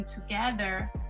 together